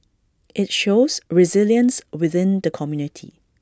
IT shows resilience within the community